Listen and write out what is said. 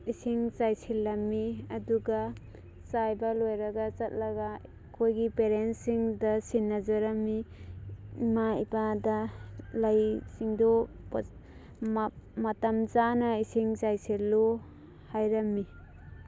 ꯏꯁꯤꯡ ꯆꯥꯏꯁꯤꯜꯂꯝꯃꯤ ꯑꯗꯨꯒ ꯆꯥꯏꯕ ꯂꯣꯏꯔꯒ ꯆꯠꯂꯒ ꯑꯩꯈꯣꯏꯒꯤ ꯄꯦꯔꯦꯟꯁꯁꯤꯡꯗ ꯁꯤꯟꯅꯖꯔꯝꯃꯤ ꯏꯃꯥ ꯏꯄꯥꯗ ꯂꯩꯁꯤꯡꯗꯨ ꯃꯇꯝ ꯆꯥꯅ ꯏꯁꯤꯡ ꯆꯥꯏꯁꯤꯜꯂꯨ ꯍꯥꯏꯔꯝꯃꯤ